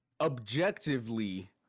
objectively